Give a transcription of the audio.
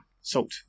salt